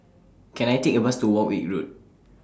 Can I Take A Bus to Warwick Road